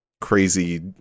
crazy